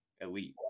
elite